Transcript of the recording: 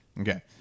Okay